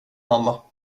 mamma